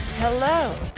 Hello